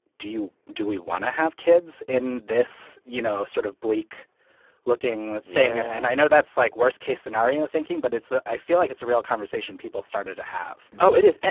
do you do we want to have kids in this, you know, sort of bleak-looking thing yeah and i know that's, like, worst-case-scenario thinking, but it's ah i feel like it's a real conversation people started to have oh, it is.